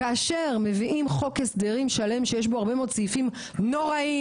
כאשר מביאים חוק הסדרים שעליהם יש בו הרבה מאוד סעיפים נוראים,